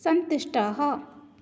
सन्तुष्टाः